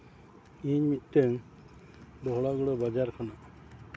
ᱤᱧ ᱢᱤᱫᱴᱟᱹᱱ ᱵᱚᱦᱲᱟᱜᱩᱲᱟᱹ ᱵᱟᱡᱟᱨ ᱠᱷᱚᱱᱟᱜ